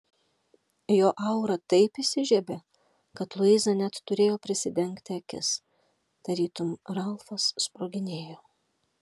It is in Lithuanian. jo aura taip įsižiebė kad luiza net turėjo prisidengti akis tarytum ralfas sproginėjo